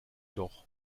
doch